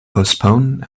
postpone